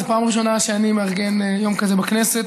זו הפעם הראשונה שאני מארגן יום כזה בכנסת,